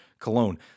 Cologne